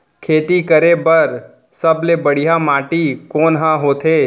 खेती करे बर सबले बढ़िया माटी कोन हा होथे?